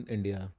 India